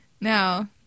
Now